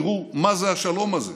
תראו מה זה השלום הזה.